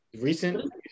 Recent